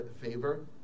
favor